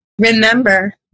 Remember